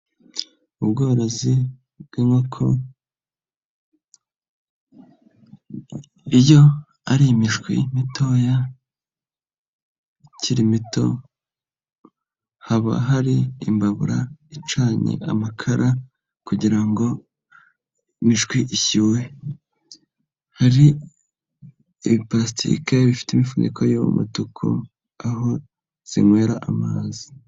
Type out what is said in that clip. Ubworozi bw'inkoko iyo ari imishwi mitoya ikiri mito haba hari imbabura icanye amakara kugira ngo imishwi ishyuhe, hari ibiparasitike bifite imifuniko y'umutuku aho zinywera amazi.